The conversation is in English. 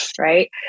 right